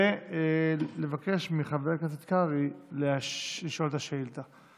אני מבקש מחבר הכנסת קרעי לשאול את השאילתה.